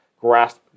grasp